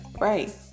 right